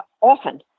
often